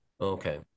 okay